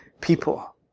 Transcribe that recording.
people